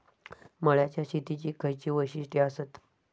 मळ्याच्या शेतीची खयची वैशिष्ठ आसत?